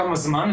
כמה זמן,